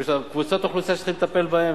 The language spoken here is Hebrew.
יש קבוצות אוכלוסייה שצריך לטפל בהן,